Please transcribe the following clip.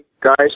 guys